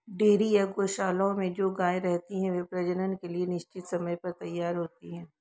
dairy या गोशालाओं में जो गायें रहती हैं, वे प्रजनन के लिए निश्चित समय पर तैयार होती हैं